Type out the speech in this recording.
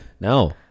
No